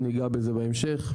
נגע בזה בהמשך.